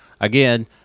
again